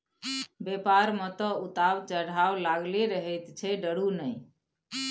बेपार मे तँ उतार चढ़ाव लागलै रहैत छै डरु नहि